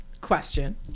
Question